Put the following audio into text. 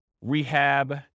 rehab